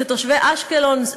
שתושבי אשקלון,